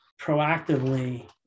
proactively